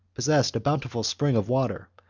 possessed a bountiful spring of water,